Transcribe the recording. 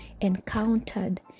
encountered